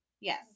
yes